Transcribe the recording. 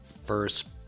first